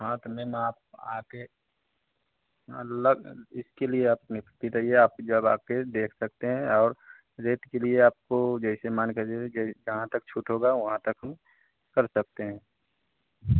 हाँ तो मैम आप आकर मतलब इसके लिए आप नियक्ति रहिए आप जब आकर देख सकते हैं और रेट के लिए आपको जैसे मान के चलिए जहाँ तक छूट होगा वहाँ तक हम कर सकते हैं